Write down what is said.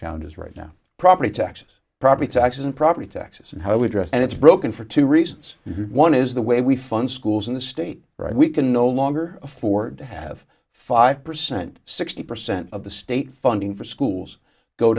challenges right now property taxes property taxes and property taxes and how we address and it's broken for two reasons one is the way we fund schools in the state right we can no longer afford to have five percent sixty percent of the state funding for schools go